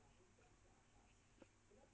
know